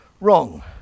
wrong